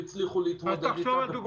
והצליחו להתמודד איתה -- תחשוב על דוגמה אחרת.